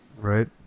Right